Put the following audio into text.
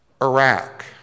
Iraq